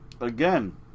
again